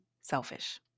selfish